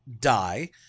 die